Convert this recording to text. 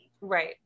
right